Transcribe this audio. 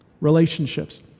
Relationships